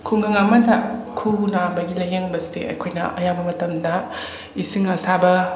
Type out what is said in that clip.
ꯈꯨꯡꯒꯪ ꯑꯃꯗ ꯈꯨꯎ ꯅꯥꯕꯒꯤ ꯂꯥꯌꯦꯡꯕꯁꯦ ꯑꯩꯈꯣꯏꯅ ꯑꯌꯥꯝꯕ ꯃꯇꯝꯗ ꯏꯁꯤꯡ ꯑꯁꯥꯕ